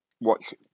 watch